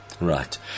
Right